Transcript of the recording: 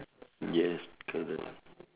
yes correct